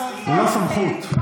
ללא סמכות.